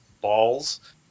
Balls